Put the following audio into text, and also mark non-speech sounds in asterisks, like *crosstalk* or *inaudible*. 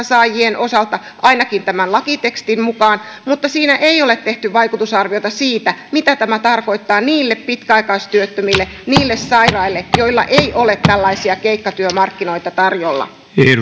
*unintelligible* saajien osalta ainakin tämän lakitekstin mukaan mutta siinä ei ole tehty vaikutusarvioita siitä mitä tämä tarkoittaa niille pitkäaikaistyöttömille niille sairaille joille ei ole tällaisia keikkatyömarkkinoita tarjolla